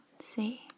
see